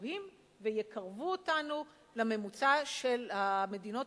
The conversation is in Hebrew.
גבוהים ויקרבו אותנו לממוצע של המדינות